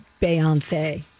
Beyonce